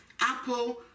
Apple